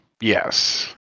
Yes